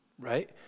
Right